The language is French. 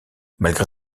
malgré